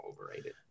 overrated